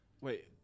Wait